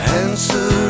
answer